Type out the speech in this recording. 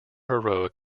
heroic